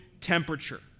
temperature